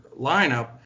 lineup